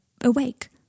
awake